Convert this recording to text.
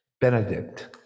Benedict